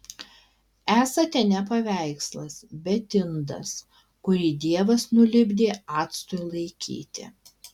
esate ne paveikslas bet indas kurį dievas nulipdė actui laikyti